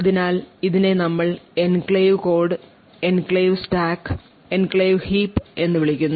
അതിനാൽ ഇതിനെ നമ്മൾ enclave code enclave stack enclave heap എന്ന് വിളിക്കുന്നു